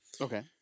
Okay